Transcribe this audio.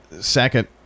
second